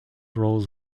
roles